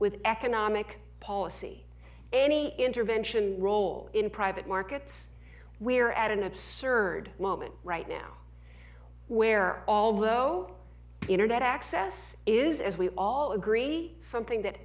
with economic policy any intervention role in private markets we're at an absurd moment right now where although internet access is as we all agree something that